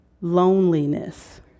loneliness